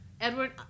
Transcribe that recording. Edward